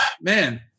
Man